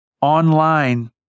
online